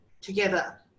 together